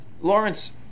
Lawrence